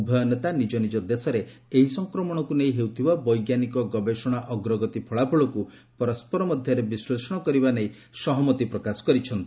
ଉଭୟ ନେତା ନିଜ ନିଜ ଦେଶରେ ଏହି ସଂକ୍ରମଣକୁ ନେଇ ହେଉଥିବା ବୈଜ୍ଞାନିକ ଗବେଷଣା ଅଗ୍ରଗତି ଫଳାଫଳକୁ ପରସ୍କର ମଧ୍ୟରେ ବିଶ୍ଳେଷଣ କରିବା ନେଇ ସହମତି ପ୍ରକାଶ କରିଛନ୍ତି